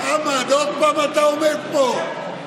חמד, עוד פעם אתה עומד פה?